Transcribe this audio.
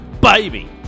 baby